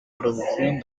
producción